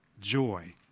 joy